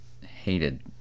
Hated